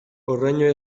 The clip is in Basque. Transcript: horraino